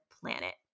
planet